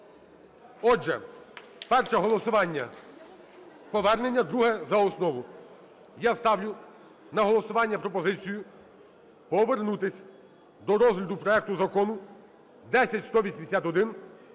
Отже, перше голосування – повернення, друге – за основу. Я ставлю на голосування пропозицію: повернутись до розгляду проекту Закону 10181